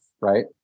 right